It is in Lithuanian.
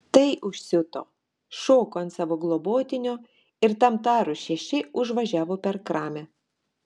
tai užsiuto šoko ant savo globotinio ir tam tarus šeši užvažiavo per kramę